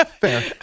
Fair